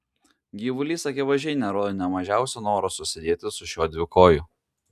gyvulys akivaizdžiai nerodė nė mažiausio noro susidėti su šiuo dvikoju